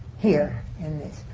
here in this.